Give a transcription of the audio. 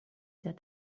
said